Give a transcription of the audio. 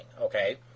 okay